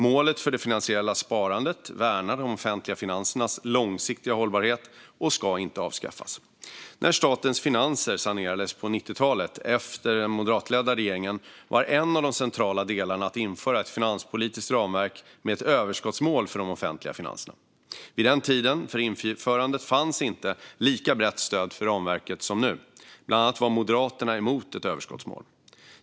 Målet för det finansiella sparandet värnar de offentliga finansernas långsiktiga hållbarhet och ska inte avskaffas. När statens finanser sanerades på 90-talet, efter den moderatledda regeringen, var en av de centrala delarna att införa ett finanspolitiskt ramverk med ett överskottsmål för de offentliga finanserna. Vid tiden för införandet fanns det inte ett lika brett stöd för ramverket som nu - bland annat var Moderaterna emot ett överskottsmål.